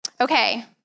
Okay